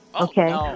Okay